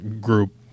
group